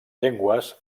llengües